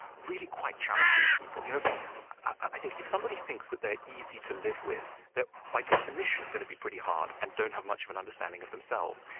really quite challenging people you know i think if somebody thinks that they're easy to live with, they're by definition going to be pretty hard and don't have much of an understanding of themselves.